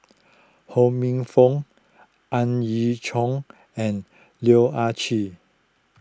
Ho Minfong Ang Yau Choon and Loh Ah Chee